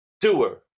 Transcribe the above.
Doer